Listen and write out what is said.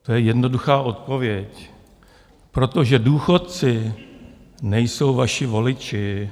To je jednoduchá odpověď protože důchodci nejsou vaši voliči.